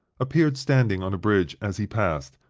appeared standing on a bridge as he passed,